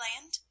land